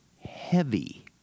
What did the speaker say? heavy